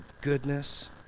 goodness